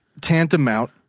tantamount